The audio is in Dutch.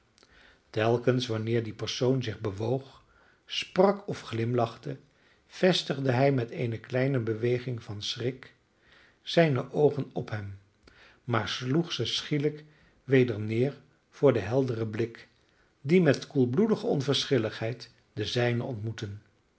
telkens wanneer die persoon zich bewoog sprak of glimlachte vestigde hij met eene kleine beweging van schrik zijne oogen op hem maar sloeg ze schielijk weder neer voor den helderen blik die met koelbloedige onverschilligheid den zijnen ontmoette